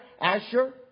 Asher